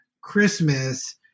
Christmas